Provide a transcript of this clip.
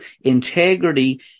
integrity